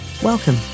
Welcome